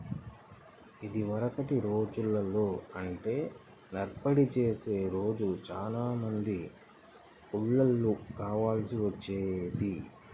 ఇదివరకటి రోజుల్లో అంటే నూర్పిడి చేసే రోజు చానా మంది కూలోళ్ళు కావాల్సి వచ్చేది